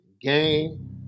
game